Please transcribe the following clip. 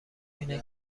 اینه